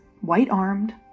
white-armed